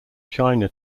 china